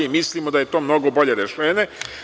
Mislimo da je to mnogo bolje rešenje.